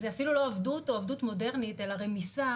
זו אפילו לא עבדות או עבדות מודרנית, אלא רמיסה.